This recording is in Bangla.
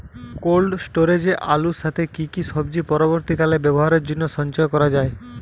কোল্ড স্টোরেজে আলুর সাথে কি কি সবজি পরবর্তীকালে ব্যবহারের জন্য সঞ্চয় করা যায়?